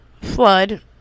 Flood